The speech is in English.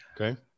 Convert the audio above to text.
Okay